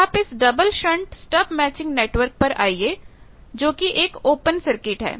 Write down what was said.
अब आप इस double shunt stub matching network पर आइए जो कि एक ओपन सर्किट है